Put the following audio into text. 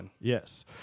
Yes